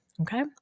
okay